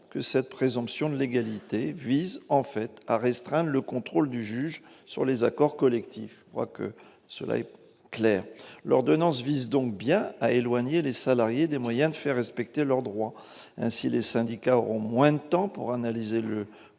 que cette présomption de légalité vise en fait à restreindre le contrôle du juge sur les accords collectifs. C'est clair ! L'ordonnance vise donc bien à éloigner les salariés des moyens de faire respecter leurs droits. Ainsi, les syndicats auront moins de temps pour analyser le